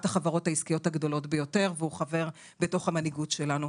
החברות העסקיות הגדולות ביותר והוא חבר בתוך המנהיגות שלנו.